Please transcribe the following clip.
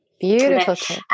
Beautiful